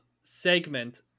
segment